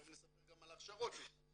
תיכף נספר גם על ההכשרות ששאלתם,